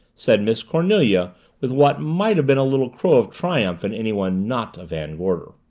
said miss cornelia with what might have been a little crow of triumph in anyone not a van gorder.